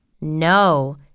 No